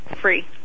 free